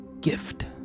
gift